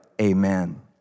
amen